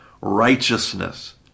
righteousness